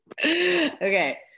Okay